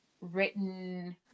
written